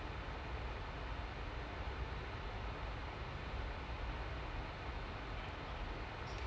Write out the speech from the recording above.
sama lah